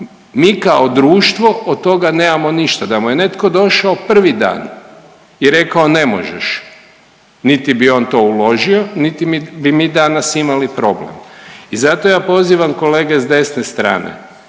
mi kao društvo od toga nemamo ništa. da mu je netko došao prvi dan i rekao ne možeš, niti bi on to uložio niti bi mi danas imali problem. I zato ja pozivam kolege s desne strane,